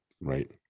right